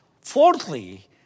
Fourthly